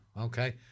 Okay